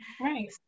Right